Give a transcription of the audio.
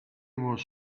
was